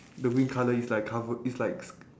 the green colour is like cover it's likes